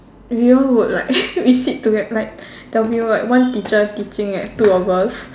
we all would like we sit toge~ like there'll be like one teacher teaching like two of us